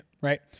right